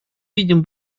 видим